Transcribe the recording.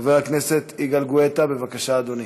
חבר הכנסת יגאל גואטה, בבקשה, אדוני.